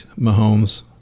Mahomes